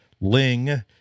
Ling